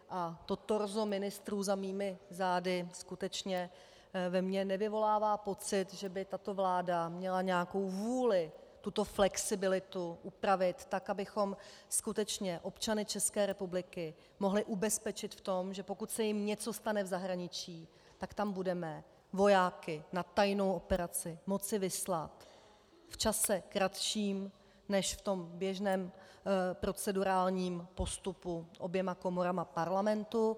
A torzo ministrů za mými zády skutečně ve mně nevyvolává pocit, že by tato vláda měla nějakou vůli tuto flexibilitu upravit tak, abychom skutečně občany České republiky mohli ubezpečit v tom, že pokud se jim něco stane v zahraničí, tak tam budeme vojáky na tajnou operaci moci vyslat v čase kratším než v běžném procedurálním postupu oběma komorami Parlamentu.